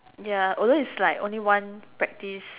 ya although its like only one practice